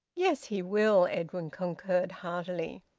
yes, he will, edwin concurred heartily.